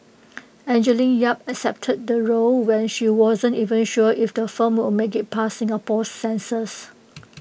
Angeline yap accepted the role when she wasn't even sure if the film will make IT past Singapore's censors